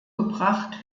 gebracht